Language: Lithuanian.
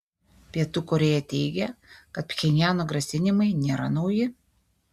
pietų korėja teigia kad pchenjano grasinimai nėra nauji